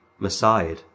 Messiah